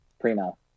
primo